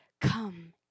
come